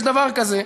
יש דבר כזה: